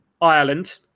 Ireland